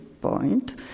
point